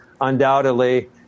undoubtedly